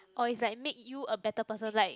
or is like make you a better person like